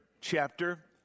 chapter